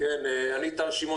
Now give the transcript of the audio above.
אני טל שמעון,